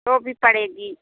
वो भी पड़ेगी